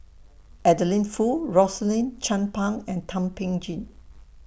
Adeline Foo Rosaline Chan Pang and Thum Ping Tjin